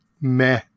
meh